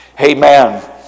Amen